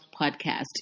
Podcast